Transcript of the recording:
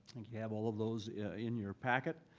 think you have all of those in your packet.